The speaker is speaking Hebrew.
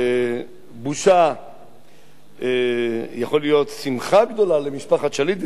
בושה יכול להיות שמחה גדולה למשפחת שליט,